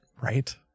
Right